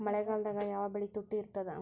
ಮಳೆಗಾಲದಾಗ ಯಾವ ಬೆಳಿ ತುಟ್ಟಿ ಇರ್ತದ?